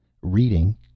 Reading